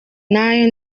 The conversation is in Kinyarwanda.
nayo